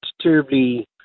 terribly